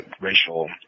racial